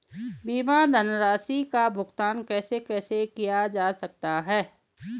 बीमा धनराशि का भुगतान कैसे कैसे किया जा सकता है?